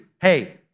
hey